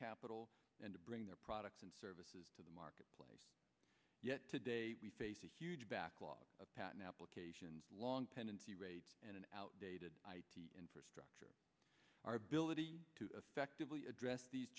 capital and bring their products and services to the marketplace yet today we face a huge backlog of patent applications long pendency rates and an outdated infrastructure our ability to effectively address these